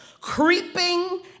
creeping